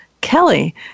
Kelly